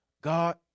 God